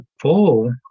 full